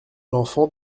l’enfant